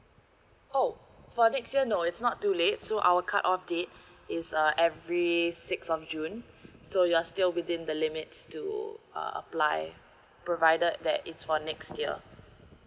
oh for next year no it's not too late so our cut off date is uh every sixth of june so you are still within the limits to uh apply provided that it's for next year